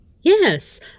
Yes